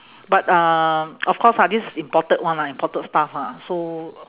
but uh of course ah this imported one lah imported stuff ah so